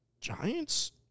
Giants